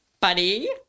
Buddy